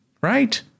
right